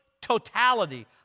totality